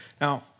Now